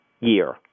year